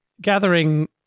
gathering